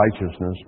righteousness